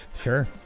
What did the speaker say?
Sure